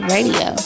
Radio